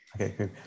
Okay